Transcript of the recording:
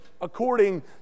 according